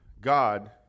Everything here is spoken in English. God